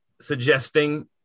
suggesting